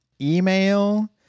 email